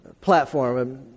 platform